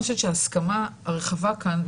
ההסכמה הרחבה כאן,